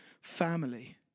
Family